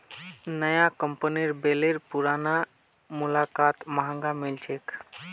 नया कंपनीर बेलर पुरना मुकाबलात महंगा मिल छेक